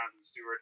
Stewart